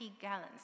gallons